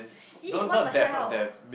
!eee! what the hell